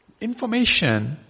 information